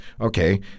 Okay